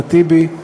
אחמד טיבי,